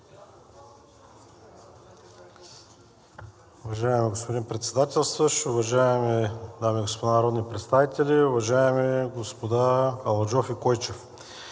Уважаеми господин Председателстващ, уважаеми дами и господа народни представители! Уважаеми господа Аладжов и Койчев,